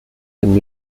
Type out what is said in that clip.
dem